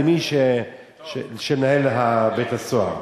למי שמנהל את בית-הסוהר.